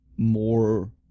more